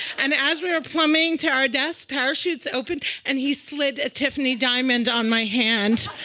and as we were plummeting to our deaths, parachutes opened, and he slid a tiffany diamond on my hand.